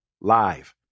live